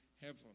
heaven